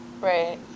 Right